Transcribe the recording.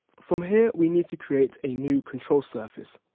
from here we need to create a new control surface.